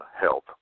help